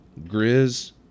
Grizz